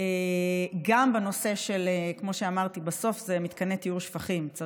גם בנושא של מתקני טיהור שפכים,